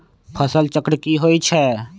फसल चक्र की होई छै?